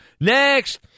Next